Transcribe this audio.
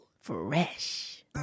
fresh